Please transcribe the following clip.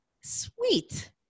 Sweet